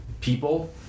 people